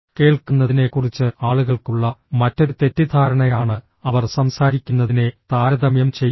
കേൾക്കുന്നതിനെക്കുറിച്ച് ആളുകൾക്ക് ഉള്ള മറ്റൊരു തെറ്റിദ്ധാരണയാണ് അവർ സംസാരിക്കുന്നതിനെ താരതമ്യം ചെയ്യുന്നത്